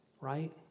right